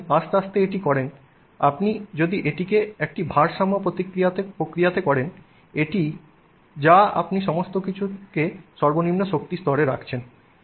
যদি আপনি আস্তে আস্তে এটি করেন আপনি যদি এটিকে একটি ভারসাম্য প্রক্রিয়াতে করেন এটি করেন যা আপনি সমস্ত কিছুকে সর্বনিম্ন শক্তির স্তরে রাখছেন